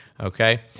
okay